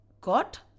got